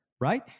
Right